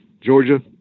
Georgia